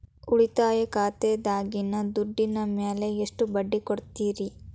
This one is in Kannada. ಉಳಿತಾಯ ಖಾತೆದಾಗಿನ ದುಡ್ಡಿನ ಮ್ಯಾಲೆ ಎಷ್ಟ ಬಡ್ಡಿ ಕೊಡ್ತಿರಿ?